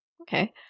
Okay